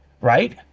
right